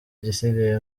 igisigaye